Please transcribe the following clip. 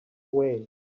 way